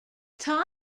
todd